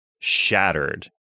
shattered